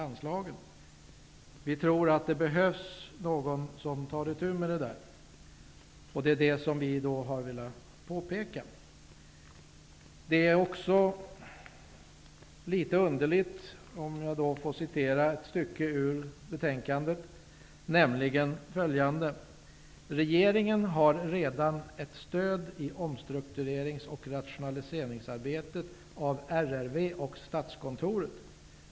Vi i Ny demokrati tror att det behövs någon som tar itu med det där, och det har vi velat påpeka. Det som står i betänkandet FiU19 är också litet underligt: ''Regeringen har redan ett stöd i omstrukturerings och rationaliseringsarbetet av RRV och Statskontoret.